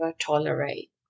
tolerate